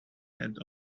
had